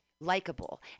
likable